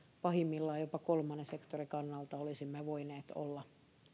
pahimmillaan jopa kolmannen sektorin kannalta olisimme voineet olla